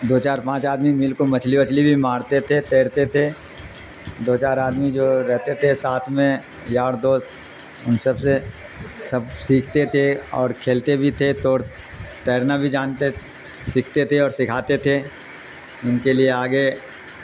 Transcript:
دو چار پانچ آدمی مل کو مچھلی وچھلی بھی مارتے تھے تیرتے تھے دو چار آدمی جو رہتے تھے ساتھ میں یار دوست ان سب سے سب سیکھتے تھے اور کھیلتے بھی تھے تو تیرنا بھی جانتے سیکھتے تھے اور سکھاتے تھے ان کے لیے آگے